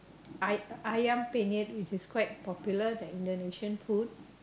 Ay~ Ayam-Penyet which is quite popular that Indonesian food